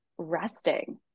Resting